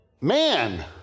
man